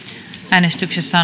äänestyksessä